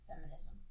feminism